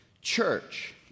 church